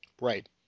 Right